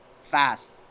fast